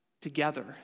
together